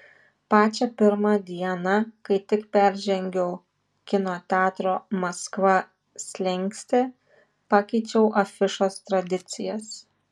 pačią pirmą dieną kai tik peržengiau kino teatro maskva slenkstį pakeičiau afišos tradicijas